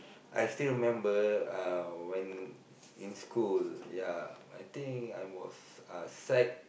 I still remember uh when in school yeah I think I was uh sec